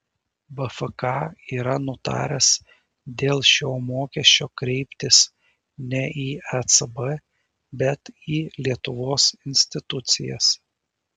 bfk yra nutaręs dėl šio mokesčio kreiptis ne į ecb bet į lietuvos institucijas